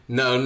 no